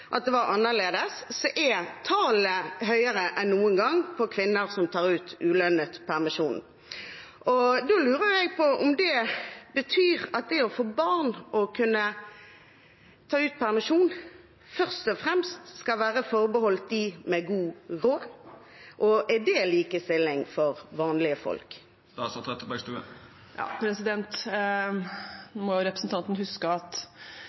at det var annerledes, er tallet på kvinner som tar ut ulønnet permisjon høyere enn noen gang. Og da lurer jeg på om det betyr at det å få barn og å kunne ta ut permisjon først og fremst skal være forbeholdt dem med god råd. Er det likestilling for vanlige folk? Representanten må huske at